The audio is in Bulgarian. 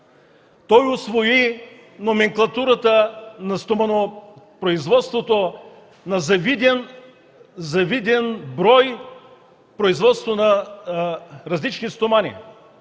Той усвои номенклатурата на стоманопроизводството на завиден брой производства на различни стомани.